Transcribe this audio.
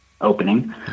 opening